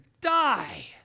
die